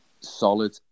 solid